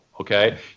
Okay